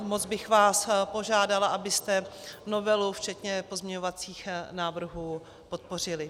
Moc bych vás požádala, abyste novelu včetně pozměňovacích návrhů podpořili.